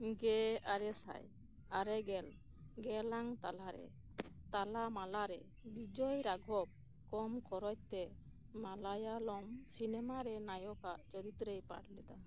ᱜᱮ ᱟᱨᱮ ᱥᱟᱭ ᱟᱨᱮ ᱜᱮᱞ ᱜᱮᱞ ᱟᱝ ᱨᱮᱱᱟᱜ ᱛᱟᱞᱟᱢᱟᱞᱟᱨᱮ ᱵᱤᱡᱚᱭᱨᱟᱜᱷᱚᱵᱚᱱᱚᱱ ᱠᱚᱢ ᱠᱷᱚᱨᱚᱪᱛᱮ ᱢᱟᱞᱟᱭᱟᱞᱚᱢ ᱥᱤᱱᱮᱢᱟ ᱨᱮ ᱱᱟᱭᱚᱠ ᱟᱜ ᱪᱩᱨᱤᱛ ᱨᱮᱭ ᱯᱟᱴᱷ ᱞᱮᱫᱟ